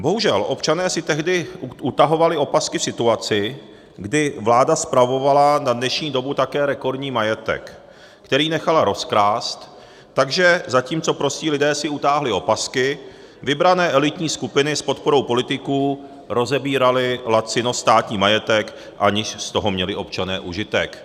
Bohužel občané si tehdy utahovali opasky v situaci, kdy vláda spravovala na dnešní dobu také rekordní majetek, který nechala rozkrást, takže zatímco prostí lidé si utáhli opasky, vybrané elitní skupiny s podporou politiků rozebíraly lacino státní majetek, aniž z toho měli občané užitek.